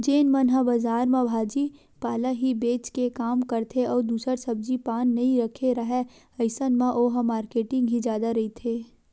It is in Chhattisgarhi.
जेन मन ह बजार म भाजी पाला ही बेंच के काम करथे अउ दूसर सब्जी पान नइ रखे राहय अइसन म ओहा मारकेटिंग ही जादा रहिथे